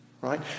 Right